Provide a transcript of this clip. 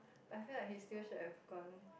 I feel like he still should have gone